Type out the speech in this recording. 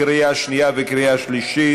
לקריאה שנייה וקריאה שלישית.